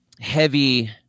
heavy